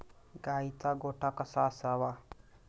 गाईचा गोठा कसा असावा?